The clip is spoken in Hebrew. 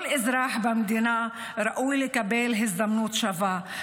כל אזרח במדינה ראוי לקבל הזדמנות שווה,